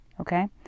Okay